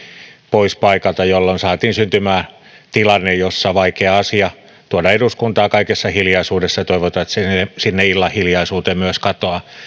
pois paikalta jolloin saatiin syntymään tilanne jossa vaikea asia tuodaan eduskuntaan kaikessa hiljaisuudessa ja toivotaan että se sinne illan hiljaisuuteen myös katoaa